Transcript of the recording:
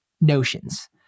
notions